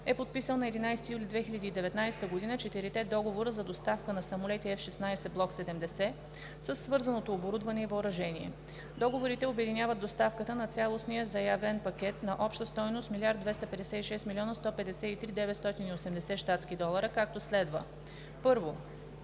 е подписал на 11 юли 2019 г. четирите договора за доставка на самолети F-16 Block 70 със свързаното оборудване и въоръжение. Договорите обединяват доставката на цялостния заявен пакет на обща стойност 1 256 153 980 щатски долара, както следва: 1.